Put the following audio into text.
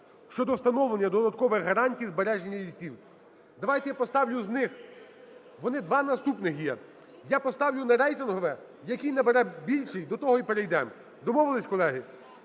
щодо встановлення додаткових гарантій збереження лісів. Давайте я поставлю з них, вони два наступних є. Я поставлю на рейтингове, який набере… більший до того й перейдемо. Домовились, колеги?